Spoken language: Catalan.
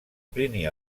plini